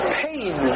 pain